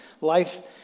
life